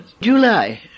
July